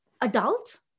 Adult